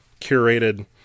curated